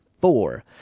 four